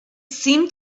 seemed